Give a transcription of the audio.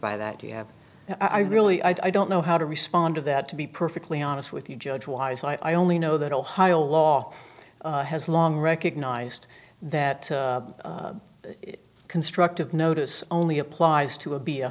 by that you have i really i don't know how to respond to that to be perfectly honest with you judge wise i only know that ohio law has long recognized that constructive notice only applies to